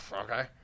okay